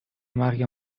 mario